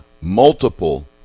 multiple